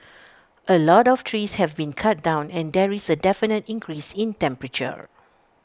A lot of trees have been cut down and there is A definite increase in temperature